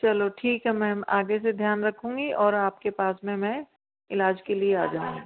चलो ठीक है मैम आगे से ध्यान रखूँगी और आपके पास में मैं इलाज के लिए आ जाऊँगी